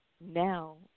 now